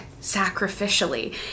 sacrificially